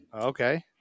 Okay